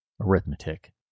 Arithmetic